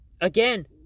again